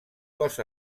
cos